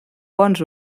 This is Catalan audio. bons